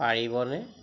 পাৰিবনে